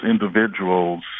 individuals